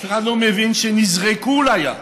אף אחד לא מבין שהם נזרקו לים,